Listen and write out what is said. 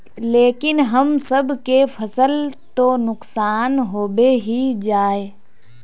लेकिन हम सब के फ़सल तो नुकसान होबे ही जाय?